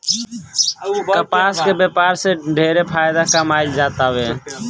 कपास के व्यापार से ढेरे फायदा कमाईल जातावे